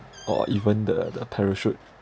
or even the the parachute